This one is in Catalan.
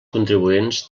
contribuents